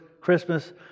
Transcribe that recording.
Christmas